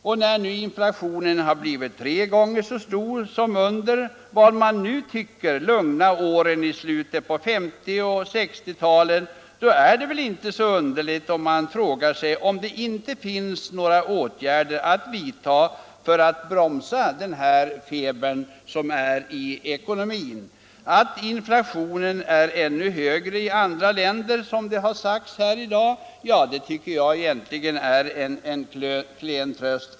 Men när inflationen har blivit tre gånger så stor som under de som man nu tycker lugna åren under 1950 och 1960-talen är det väl inte underligt att man frågar sig om det inte finns några åtgärder att vidta för att bromsa denna feber i ekonomin. Att inflationen är ännu högre i andra länder tycker jag är en klen tröst.